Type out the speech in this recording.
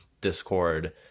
discord